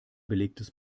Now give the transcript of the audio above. belegtes